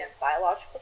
biological